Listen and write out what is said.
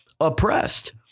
oppressed